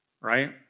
Right